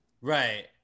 Right